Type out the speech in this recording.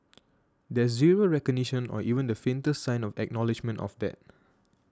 there's zero recognition or even the faintest sign of acknowledgement of that